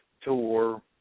tour